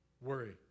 Worry